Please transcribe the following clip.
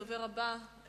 הדובר הבא,